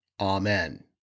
Amen